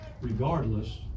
regardless